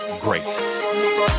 great